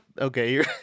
Okay